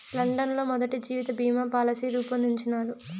London లో మొదటి జీవిత బీమా పాలసీ రూపొందించారు